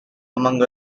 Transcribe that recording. among